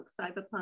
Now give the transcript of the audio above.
cyberpunk